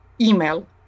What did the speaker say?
email